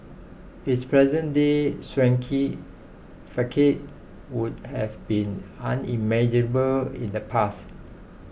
its present day swanky facade would have been unimaginable in the past